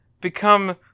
become